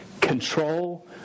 control